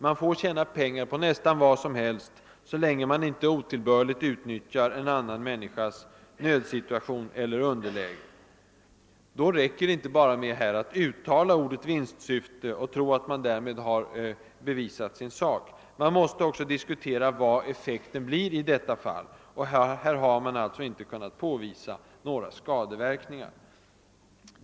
Man får tjäna pengar på nästan vad som helst, såvida man inte otillbörligt utnyttjar en annan människas nödsituation eller underläge. Då räcker det inte med att bara ut tala ordet vinstsyfte och tro att man därmed bevisat sin sak, utan man måste också diskutera vad effekten blir. Här har man alltså inte kunnat påvisa några skadeverkningar. "